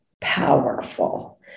powerful